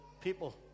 people